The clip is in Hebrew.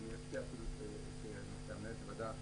ואני אפתיע אפילו את מנהלת הוועדה,